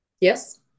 Yes